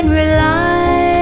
rely